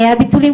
ביטולים,